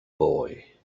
boy